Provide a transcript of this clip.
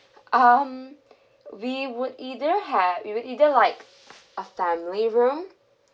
um we would either had it will either like a family room